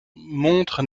montre